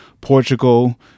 portugal